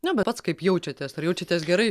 na bet pats kaip jaučiatės ar jaučiatės gerai